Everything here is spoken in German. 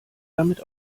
damit